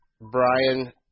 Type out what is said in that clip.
Brian